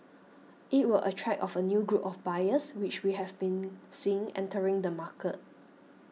it will attract of a new group of buyers which we have been seeing entering the market